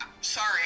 sorry